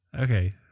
Okay